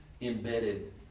embedded